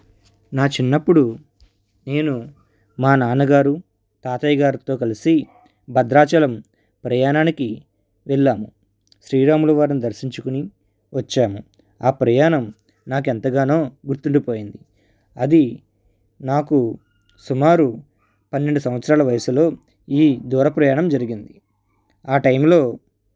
నా చిన్నపుడు నేను మా నాన్నగారు తాతయ్యగారుతో కలిసి భద్రాచలం ప్రయాణానికి వెళ్ళాము శ్రీరాముల వారిని దర్శించుకుని వచ్చాము ఆ ప్రయాణం నాకెంతగానో గుర్తుండి పోయింది అది నాకు సుమారు పన్నెండు సంవత్సరాల వయసులో ఈ దూర ప్రయాణం జరిగింది ఆ టైమ్లో